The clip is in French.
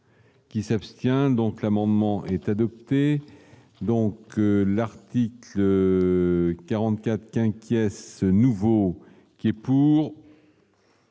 Qui s'abstient donc l'amendement est adopté, donc l'article 44 inquiet ce nouveau qui est pour.